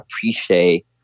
appreciate